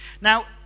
now